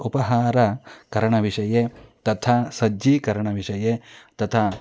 उपहारः चारणविषये तथा सज्जीकरणविषये तथा